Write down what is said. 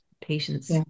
Patient's